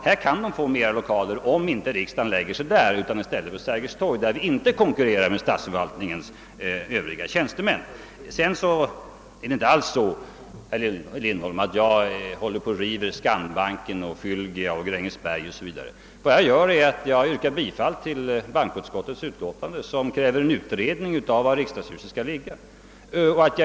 Här kan man få flera lokaler, om riksdagen förläggs inte till kvarteret Garnisonen utan till Sergels torg, där vi inte konkurrerar med statsförvaltningens öÖövriga tjänstemän. Herr Lindholm! Jag håller inte alls på att riva Skandinaviska Banken, Fylgias och Grängesbergsbolagets huvudkontor m.m. Jag yrkar bara bifall till hbankoutskottets hemställan där det krävs en utredning om var riksdagshuset skall ligga.